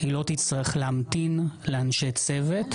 היא לא תצטרך להמתין לאנשי צוות,